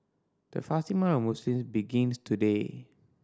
the fasting month Muslims begins today